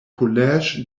collège